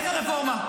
איזה רפורמה?